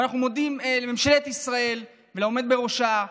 ואנחנו מודים לממשלת ישראל ולעומד בראשה,